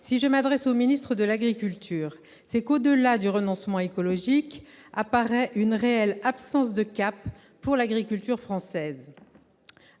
Si je m'adresse au ministre de l'agriculture, c'est que, au-delà du renoncement écologique, apparaît une réelle absence de cap pour l'agriculture française.